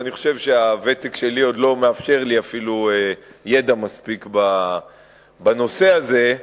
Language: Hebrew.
ואני חושב שהוותק שלי עוד לא מאפשר לי אפילו ידע מספיק בנושא הזה,